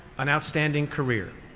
an outstanding career.